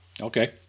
Okay